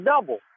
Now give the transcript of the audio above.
double